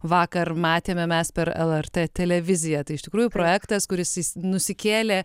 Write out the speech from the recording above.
vakar matėme mes per lrt televiziją tai iš tikrųjų projektas kuris nusikėlė